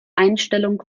einstellung